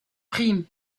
prie